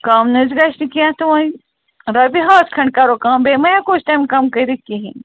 کَم نہٕ حظ گژھِ نہٕ کیٚنٛہہ تہٕ ونۍ رۄپیہِ ہَتھ کھنٛڈ کَرو کَم بیٚیہِ ما ہٮ۪کو أسۍ تَمہِ کَم کٔرِتھ کِہیٖنۍ